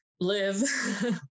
live